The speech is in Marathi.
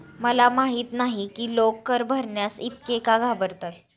मला माहित नाही की लोक कर भरण्यास इतके का घाबरतात